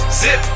zip